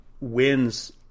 wins